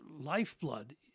lifeblood